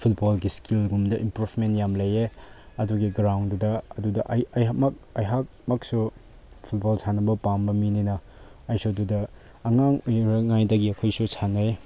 ꯐꯨꯠꯕꯣꯜꯒꯤ ꯏꯁꯀꯤꯜꯒꯨꯝꯕꯗ ꯏꯝꯄ꯭ꯔꯨꯞꯃꯦꯟ ꯌꯥꯝ ꯂꯩꯌꯦ ꯑꯗꯨꯒꯤ ꯒ꯭ꯔꯥꯎꯟꯗꯨꯗ ꯑꯗꯨꯗ ꯑꯩ ꯑꯩꯍꯥꯛꯃꯛ ꯑꯩꯍꯥꯛꯃꯛꯁꯨ ꯐꯨꯠꯕꯣꯜ ꯁꯥꯟꯅꯕ ꯄꯥꯝꯕ ꯃꯤꯅꯤꯅ ꯑꯩꯁꯨ ꯑꯗꯨꯗ ꯑꯉꯥꯡ ꯑꯣꯏꯔꯤꯉꯩꯗꯒꯤ ꯑꯩꯈꯣꯏꯁꯨ ꯁꯥꯟꯅꯩꯌꯦ